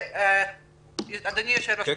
אדוני היושב-ראש,